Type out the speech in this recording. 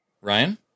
Ryan